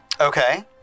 Okay